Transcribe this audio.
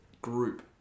group